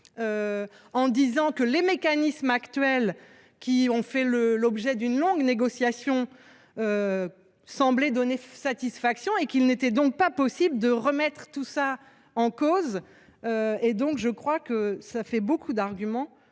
expliquant que les mécanismes actuels, qui ont fait l’objet d’une longue négociation, semblaient donner satisfaction et qu’il n’était donc pas possible de remettre tout cela en cause ! Voilà, me semble t il, beaucoup d’arguments